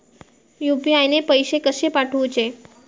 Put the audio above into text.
UPI ने पैशे कशे पाठवूचे?